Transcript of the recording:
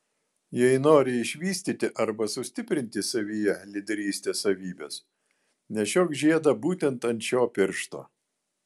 jei nori išvystyti arba sustiprinti savyje lyderystės savybes nešiok žiedą būtent ant šio piršto